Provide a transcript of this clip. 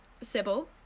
Sybil